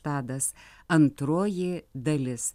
tadas antroji dalis